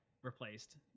Replaced